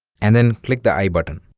and then click the eye button